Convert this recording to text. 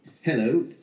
Hello